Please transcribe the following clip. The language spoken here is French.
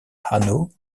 hanau